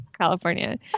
California